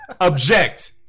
object